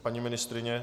Paní ministryně?